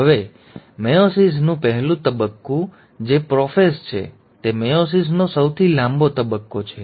હવે મેયોસિસનું પહેલું પગલું જે પ્રોફેઝ છે તે મેયોસિસનો સૌથી લાંબો તબક્કો છે